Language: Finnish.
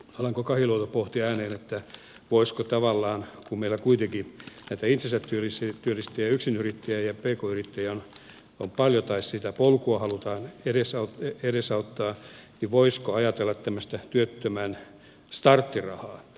alanko kahiluoto pohti ääneen voisiko tavallaan kun meillä kuitenkin näitä itsensä työllistäjiä ja yksinyrittäjiä ja pk yrittäjiä on paljon tai sitä polkua halutaan edesauttaa ajatella tämmöistä työttömän starttirahaa